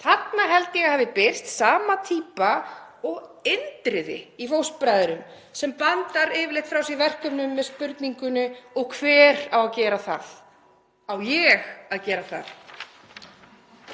Þarna held ég að hafi birst sama týpa og Indriði í Fóstbræðrum sem bandar yfirleitt frá sér verkefnum með spurningunni: Og hver á að gera það? Á ég að gera það?